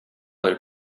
her